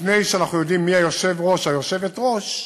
לפני שאנחנו יודעים מי היושב-ראש, היושבת-ראש,